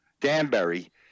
Danbury